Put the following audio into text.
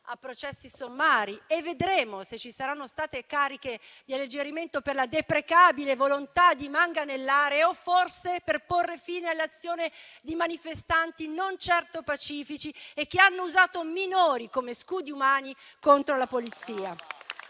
e processi sommari, e vedremo se ci saranno state cariche di alleggerimento per la deprecabile volontà di manganellare o forse per porre fine all'azione di manifestanti non certo pacifici, che hanno usato minori come scudi umani contro la Polizia.